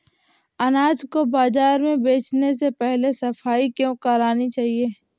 अनाज को बाजार में बेचने से पहले सफाई क्यो करानी चाहिए?